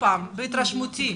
מההתרשמות שלי